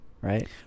right